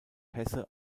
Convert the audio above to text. hesse